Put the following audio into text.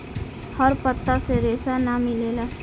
हर पत्ता से रेशा ना मिलेला